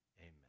amen